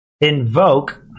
invoke